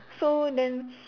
so then